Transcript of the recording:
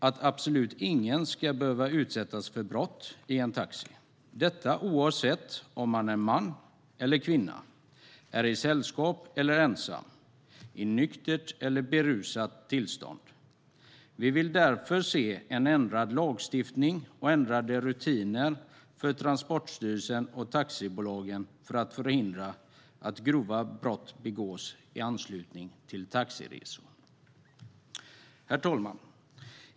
Absolut ingen ska behöva utsättas för brott i en taxi - detta oavsett om man är man eller kvinna, är i sällskap eller ensam, är nykter eller berusad. Vi vill därför se en ändrad lagstiftning och ändrade rutiner för Transportstyrelsen och taxibolagen för att förhindra att grova brott begås i anslutning till taxiresorna. Herr talman!